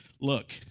look